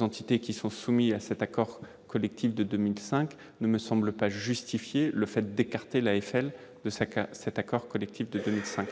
entités soumises à l'accord collectif de 2005 ne me semblent pas justifier d'écarter l'AFL de cet accord collectif de 2005.